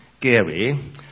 Gary